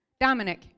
Dominic